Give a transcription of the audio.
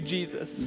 Jesus